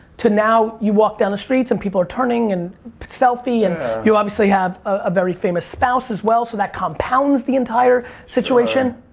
to now, you walk down the streets and people are turning, and selfie? and you obviously have a very famous spouse as well. so that compounds the entire situation.